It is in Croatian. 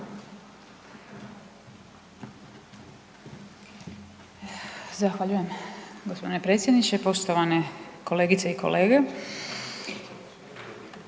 Zahvaljujem g. predsjedniče. Poštovane kolegice i kolege.